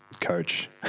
coach